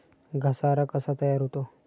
घसारा कसा तयार होतो?